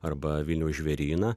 arba vilniaus žvėryną